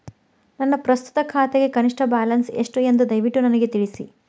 ನನ್ನ ಪ್ರಸ್ತುತ ಖಾತೆಗೆ ಕನಿಷ್ಟ ಬ್ಯಾಲೆನ್ಸ್ ಎಷ್ಟು ಎಂದು ದಯವಿಟ್ಟು ನನಗೆ ತಿಳಿಸಿ